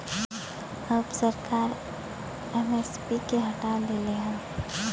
अब सरकार एम.एस.पी के हटा देले हौ